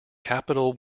capital